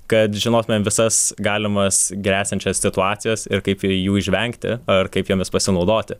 kad žinotumėm visas galimas gresiančias situacijas ir kaip jų išvengti ar kaip jomis pasinaudoti